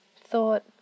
thought